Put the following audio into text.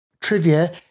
trivia